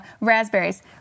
Raspberries